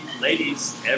ladies